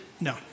No